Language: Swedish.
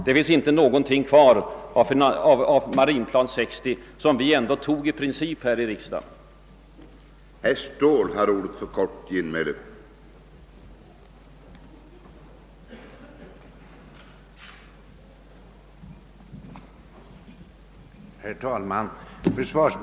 Det finns inte någonting kvar av Marinplan 60, som vi ändå i princip antog här i riksdagen genom 1963 års försvarsbeslut.